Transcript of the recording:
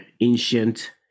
ancient